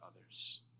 others